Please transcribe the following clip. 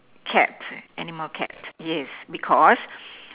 cat animal cat yes because